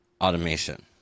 automation